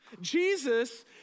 Jesus